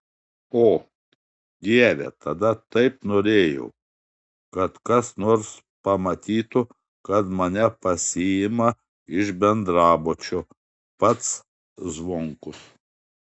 o dieve tada taip norėjau kad kas nors pamatytų kad mane pasiima iš bendrabučio pats zvonkus